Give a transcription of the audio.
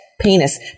Penis